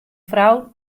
frou